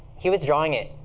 he was drawing it,